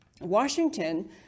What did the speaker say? Washington